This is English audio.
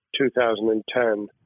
2010